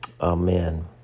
Amen